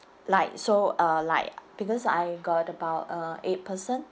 like so uh like because I've got about uh eight person